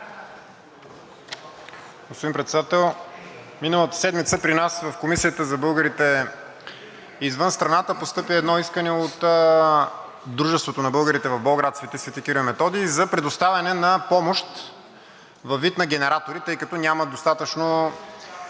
Господин Председател, миналата седмица при нас в Комисията за българите извън страната постъпи едно искане от Дружеството на българите в Болград „Св. Св. Кирил и Методий“ за предоставяне на помощ във вид на генератори, тъй като нямат достатъчно